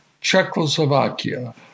Czechoslovakia